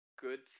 good